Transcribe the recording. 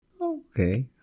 Okay